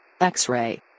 x-ray